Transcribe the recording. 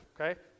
okay